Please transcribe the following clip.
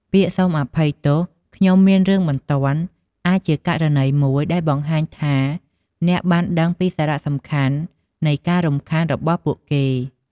ពាក្យ "សូមអភ័យទោស ខ្ញុំមានរឿងបន្ទាន់" អាចជាករណីមួយដែលបង្ហាញថាអ្នក បានដឹងពីសារៈសំខាន់នៃការរំខាន របស់ពួកគេ។